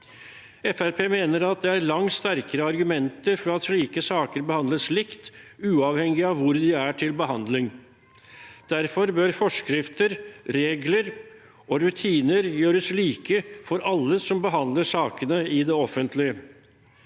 mener det er langt sterkere argumenter for at slike saker behandles likt, uavhengig av hvor de er til behandling. Derfor bør forskrifter, regler og rutiner gjøres like for alle som behandler sakene i det offentlige.